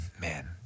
man